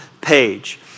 page